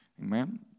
amen